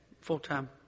full-time